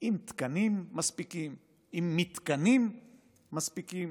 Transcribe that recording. עם תקנים מספיקים, עם מתקנים מספיקים,